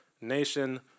Nation